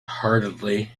heartily